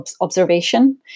observation